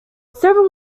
several